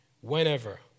whenever